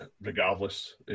regardless